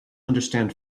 understand